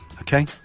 Okay